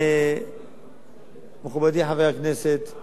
מכובדי חבר הכנסת,